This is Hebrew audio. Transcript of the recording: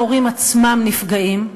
כמובן, ההורים עצמם נפגעים,